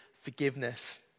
forgiveness